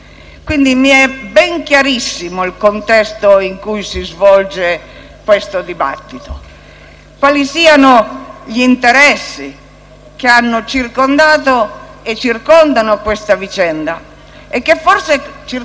quali siano gli interessi che hanno circondato e circondano questa vicenda, e che forse circonderanno anche quella in corso, di cui parlano le cronache in queste ore,